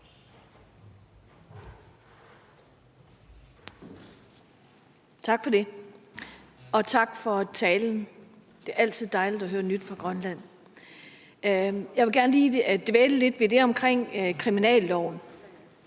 Tak for det, og tak for talen. Det er altid dejligt at høre nyt fra Grønland. Jeg vil gerne lige dvæle lidt ved det omkring kriminalloven.